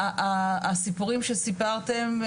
הסיפורים שספרתן,